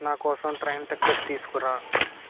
నాకోసం train ticket తీసుకురా